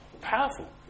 powerful